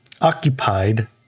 occupied